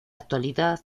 actualidad